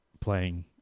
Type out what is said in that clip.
playing